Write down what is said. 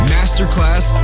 Masterclass